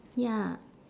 ya